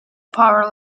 power